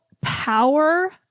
power